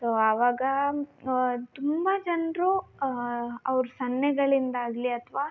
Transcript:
so ಆವಾಗ ತುಂಬ ಜನರು ಅವರು ಸನ್ನೆಗಳಿಂದಾಗಲಿ ಅಥವಾ